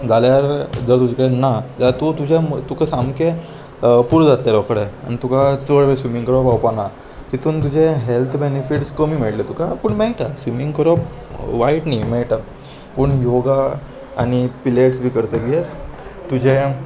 जाल्यार जर तुजे कडेन ना जाल्यार तूं तुजें तुका सामकें पुरो जातलें रोकडें आनी तुका चड वेळ स्विमींग करप पावपा ना तितून तुजें हॅल्थ बेनिफिट्स कमी मेळटलें तुका पूण मेळटा स्विमींग करप वायट न्ही मेळटा पूण योगा आनी पिलेट्स बी करतगीर तुजें